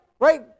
right